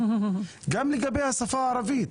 גם לגבי השפה הערבית.